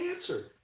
answer